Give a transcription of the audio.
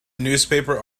newspaper